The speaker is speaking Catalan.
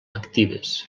actives